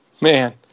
man